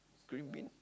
green bin